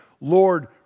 Lord